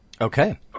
Okay